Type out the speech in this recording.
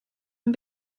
een